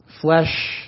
Flesh